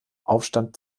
aufstand